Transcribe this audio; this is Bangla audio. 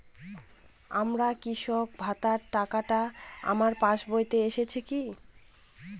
আমার কৃষক ভাতার টাকাটা আমার পাসবইতে এসেছে কি?